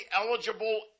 eligible